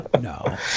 No